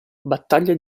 battaglia